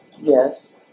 Yes